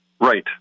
Right